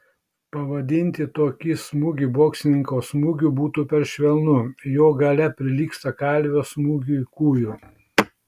pavadinti tokį smūgį boksininko smūgiu būtų per švelnu jo galia prilygsta kalvio smūgiui kūju